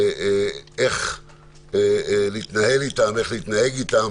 איך להתנהל איתם, איך להתנהג איתם.